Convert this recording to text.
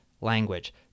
language